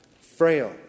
frail